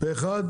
מי נמנע?